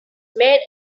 made